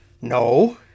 No